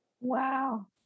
Wow